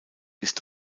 ist